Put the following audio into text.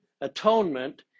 atonement